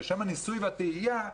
בשם הניסוי והטעייה,